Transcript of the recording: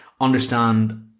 understand